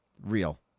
real